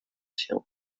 się